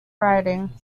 riding